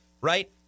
Right